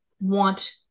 want